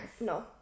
No